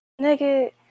Nigga